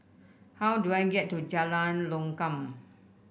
how do I get to Jalan Lokam